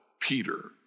Peter